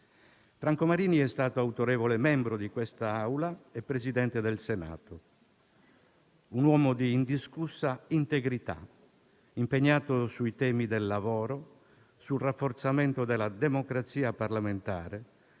Franco Marini è stato autorevole membro di questa Assemblea e Presidente del Senato. Un uomo di indiscussa integrità, impegnato sui temi del lavoro, sul rafforzamento della democrazia parlamentare,